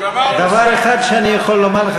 דבר אחד שאני יכול לומר לך,